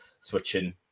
switching